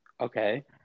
Okay